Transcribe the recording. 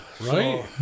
Right